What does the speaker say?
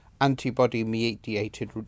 antibody-mediated